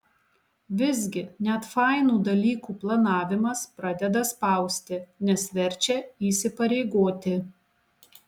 visgi net fainų dalykų planavimas pradeda spausti nes verčia įsipareigoti